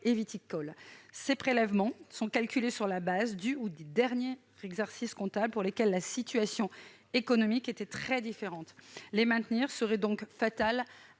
ces prélèvements étant calculés sur le fondement du ou des derniers exercices comptables, pour lesquels la situation économique était très différente, les maintenir serait fatal